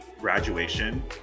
graduation